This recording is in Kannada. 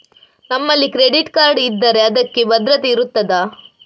ನಮ್ಮಲ್ಲಿ ಕ್ರೆಡಿಟ್ ಕಾರ್ಡ್ ಇದ್ದರೆ ಅದಕ್ಕೆ ಭದ್ರತೆ ಇರುತ್ತದಾ?